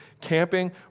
Camping